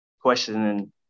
questioning